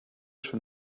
schon